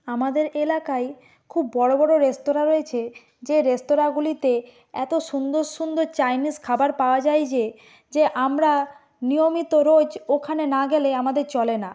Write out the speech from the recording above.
আমাদের এলাকায় খুব বড়ো বড়ো রেস্তোরাঁ রয়েছে যে রেস্তোরাঁগুলিতে এতো সুন্দর সুন্দর চাইনিস খাবার পাওয়া যায় যে যে আমরা নিয়মিত রোজ ওখানে না গেলে আমাদের চলে না